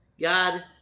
God